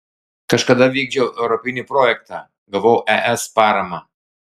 kažkada vykdžiau europinį projektą gavau es paramą